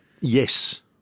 Yes